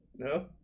No